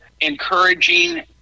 encouraging